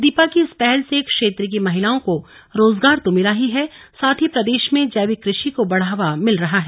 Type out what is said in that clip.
दीपा की इस पहल से क्षेत्र की महिलाओं को रोजगार तो मिला ही है साथ ही प्रदेश में जैविक कृषि को बढ़ावा मिल रहा है